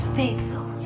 faithful